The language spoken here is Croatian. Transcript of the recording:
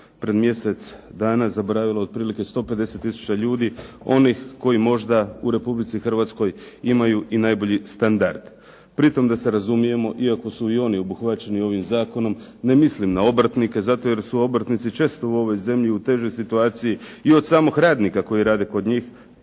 pred mjesec dana zaboravila otprilike 150000 ljudi onih koji možda u Republici Hrvatskoj imaju i najbolji standard. Pritom da se razumijemo iako su i oni obuhvaćeni ovim zakonom ne mislim na obrtnike zato jer su obrtnici često u ovoj zemlji u težoj situaciji i od samog radnika koji rade kod njih,